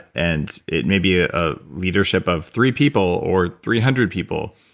and it may be a leadership of three people or three hundred people,